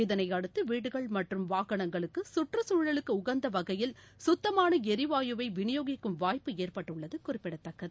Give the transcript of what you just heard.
இதனையடுத்துவீடுகள் வாகனங்களுக்குற்றுச்சூழலுக்குஉகந்தவகையில் சுத்தமானளிவாயுவை விநியோகிக்கும் வாய்ப்பு ஏற்பட்டுள்ளதுகுறிப்பிடத்தக்கது